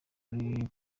kuri